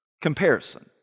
comparison